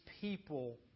people